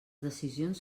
decisions